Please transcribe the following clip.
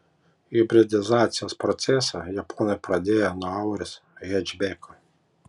hibridizacijos procesą japonai pradėjo nuo auris hečbeko